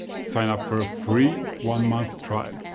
sign up for a free one-month trial,